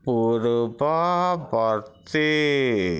ପୂର୍ବବର୍ତ୍ତୀ